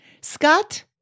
Scott